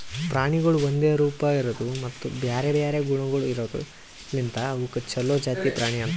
ಪ್ರಾಣಿಗೊಳ್ ಒಂದೆ ರೂಪ, ಇರದು ಮತ್ತ ಬ್ಯಾರೆ ಬ್ಯಾರೆ ಗುಣಗೊಳ್ ಇರದ್ ಲಿಂತ್ ಅವುಕ್ ಛಲೋ ಜಾತಿ ಪ್ರಾಣಿ ಅಂತರ್